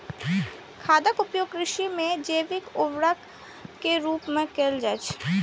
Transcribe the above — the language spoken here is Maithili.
खादक उपयोग कृषि मे जैविक उर्वरक के रूप मे कैल जाइ छै